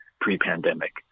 Pre-pandemic